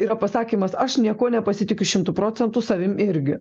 yra pasakymas aš niekuo nepasitikiu šimtu procentų savim irgi